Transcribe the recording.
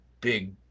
big